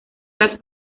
las